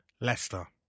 Leicester